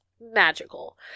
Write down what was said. magical